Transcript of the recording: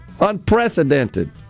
Unprecedented